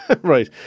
Right